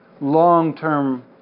Long-term